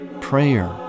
prayer